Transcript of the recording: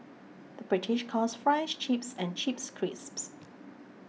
the British calls Fries Chips and Chips Crisps